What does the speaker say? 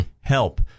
Help